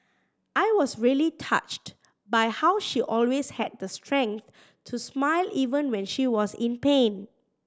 I was really touched by how she always had the strength to smile even when she was in pain